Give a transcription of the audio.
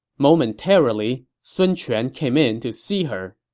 momentarily, sun quan came in to see her.